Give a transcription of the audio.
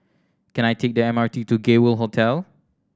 can I take the M R T to Gay World Hotel